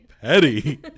petty